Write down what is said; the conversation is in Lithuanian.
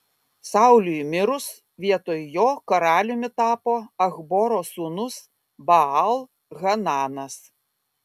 sauliui mirus vietoj jo karaliumi tapo achboro sūnus baal hananas